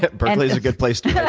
but berkeley is a good place to